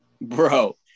Bro